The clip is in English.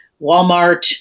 Walmart